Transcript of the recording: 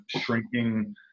shrinking